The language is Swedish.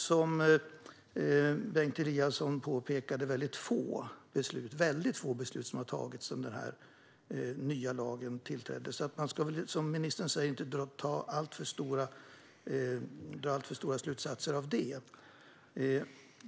Som Bengt Eliasson påpekade är det väldigt få beslut som har tagits under den nya lagen sedan den inrättades. Som ministern säger ska man inte dra alltför stora slutsatser av detta.